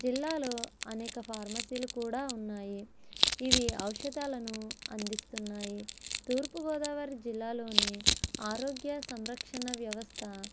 జిల్లాలో అనేక ఫార్మసీలు కూడా ఉన్నాయి ఇవి ఔషధాలను అందిస్తున్నాయి తూర్పుగోదావరి జిల్లాలోని ఆరోగ్య సంరక్షణ వ్యవస్థ